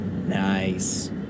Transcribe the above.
nice